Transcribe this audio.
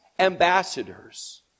Ambassadors